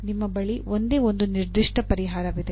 ನಿಮ್ಮ ಬಳಿ ಒಂದೇ ಒಂದು ನಿರ್ದಿಷ್ಟ ಪರಿಹಾರವಿದೆ